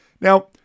Now